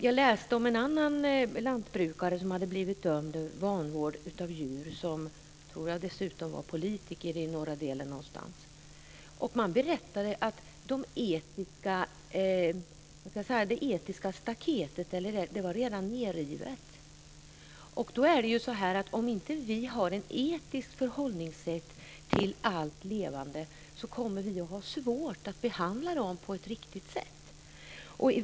Jag läste om en lantbrukare som hade blivit dömd för vanvård av djur. Jag tror dessutom att han var politiker någonstans i norr. Man berättade att det etiska staketet redan var nedrivet. Om vi inte har ett etiskt förhållningssätt till allt levande, kommer vi att ha svårt att behandla djuren på ett riktigt sätt.